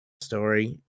story